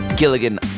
Gilligan